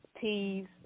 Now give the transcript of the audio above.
teas